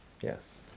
Yes